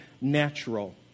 natural